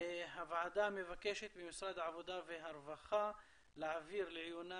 הוועדה מבקשת ממשרד העבודה והרווחה להעביר לעיונה